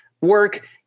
work